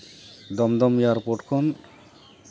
ᱫᱚᱢ ᱫᱚᱢ ᱮᱭᱟᱨᱯᱳᱨᱴ ᱠᱷᱚᱱ